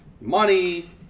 money